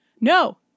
No